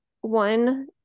One